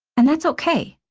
and that's okay.